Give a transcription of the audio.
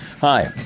Hi